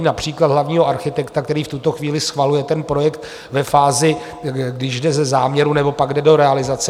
například hlavního architekta, který v tuto chvíli schvaluje ten projekt ve fázi, když jde ze záměru nebo pak jde do realizace.